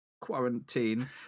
quarantine